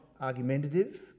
argumentative